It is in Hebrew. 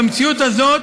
במציאות הזאת,